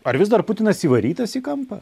ar vis dar putinas įvarytas į kampą